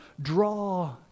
draw